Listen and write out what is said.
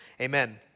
Amen